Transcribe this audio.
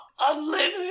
Unlimited